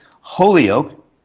Holyoke